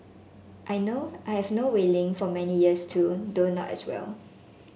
I know I have known Wei Ling for many years too though not as well